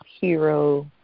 hero